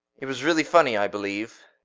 it was really funny, i believe.